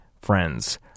friends